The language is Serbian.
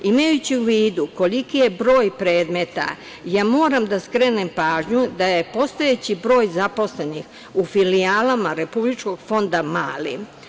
Imajući u vidu koliki je broj predmeta ja moram da skrenem pažnju da je postojeći broj zaposlenih u filijalama Republičkog fonda mali.